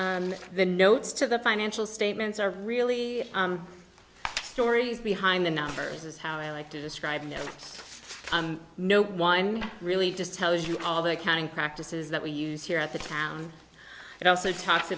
mike the notes to the financial statements are really stories behind the numbers is how i like to describe no one really just tells you all the accounting practices that we use here at the town and also talk